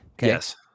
Yes